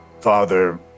Father